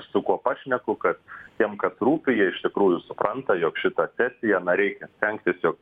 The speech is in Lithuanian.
su kuo pašneku kad tiem kas rūpi jie iš tikrųjų supranta jog šitą sesiją na reikia stengtis jog